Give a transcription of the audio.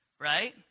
Right